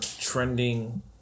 trending